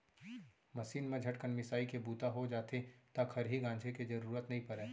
machine म झटकन मिंसाइ के बूता हो जाथे त खरही गांजे के जरूरते नइ परय